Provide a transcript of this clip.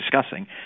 discussing